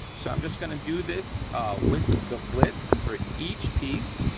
so, i'm just gonna do this with the flitz for each piece.